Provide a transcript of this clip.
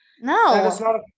No